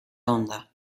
onda